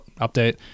update